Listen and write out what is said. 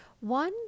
One